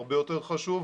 הרבה יותר חשוב,